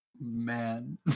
Man